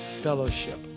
Fellowship